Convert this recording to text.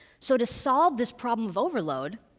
so to solve this problem of overload,